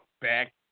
Back